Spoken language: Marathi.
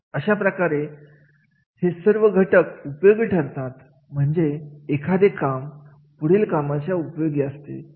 अशा प्रकारे ही सर्व घटक उपयोगी ठरतात म्हणजे एखादे काम पुढील कामासाठी उपयोगाचे असते